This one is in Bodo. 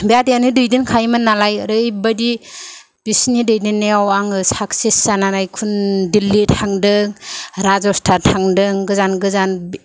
बे आदैआनो दैदेनखायोमोन नालाय ओरैबादि बिसिनि दैदेननायाव आङो साकसेस जानानै कुन दिल्लि थांदों राजस्थान थांदों गोजान गोजान